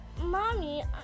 mommy